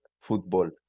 football